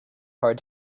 hard